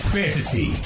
Fantasy